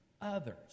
others